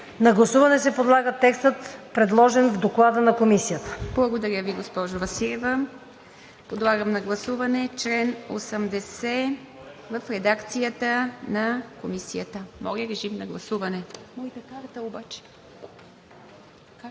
на гласуване се подлага текстът, предложен в доклада на комисията.“